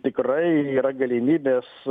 tikrai yra galimybės